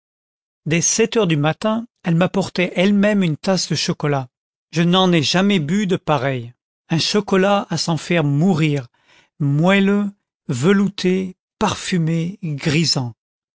dès sept heures du matin elle m'apportait elle-même une tasse de chocolat je n'en ai jamais bu de pareil un chocolat à s'en faire mourir moelleux velouté parfumé grisant